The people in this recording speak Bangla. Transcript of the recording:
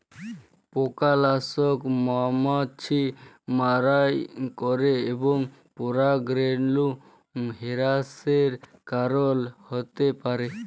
পকালাসক মমাছি মারাই ক্যরে এবং পরাগরেলু হেরাসের কারল হ্যতে পারে